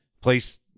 place